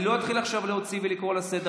אני לא אתחיל עכשיו להוציא ולקרוא לסדר.